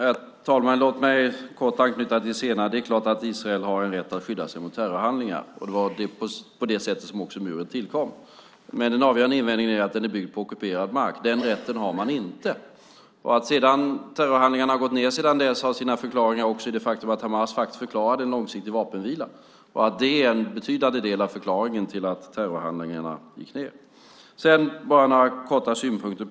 Herr talman! Låt mig kort anknyta till det senare. Det är klart att Israel har en rätt att skydda sig mot terrorhandlingar. Det var också därför muren tillkom. Men den avgörande invändningen är att den är byggd på ockuperad mark. Den rätten har man inte. Att terrorhandlingarna har minskat sedan dess har också en förklaring i det faktum att Hamas faktiskt förklarade en långsiktig vapenvila. Det har en betydande del i förklaringen till att terrorhandlingarna gick ned. Sedan har jag några korta synpunkter.